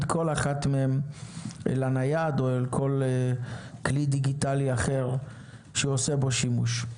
כול אחת מהן אל הנייד או אל כול כלי דיגיטלי אחר שהוא עושה בו שימוש.